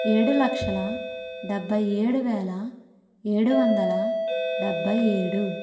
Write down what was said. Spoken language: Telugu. ఏడు లక్షల డెబ్భై ఏడు వేల ఏడు వందల డెబ్భై ఏడు